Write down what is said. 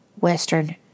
Western